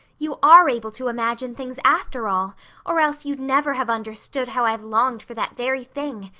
you are able to imagine things after all or else you'd never have understood how i've longed for that very thing.